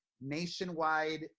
nationwide